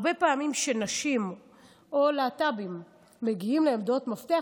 הרבה פעמים כשנשים או להט"בים מגיעים לעמדות מפתח,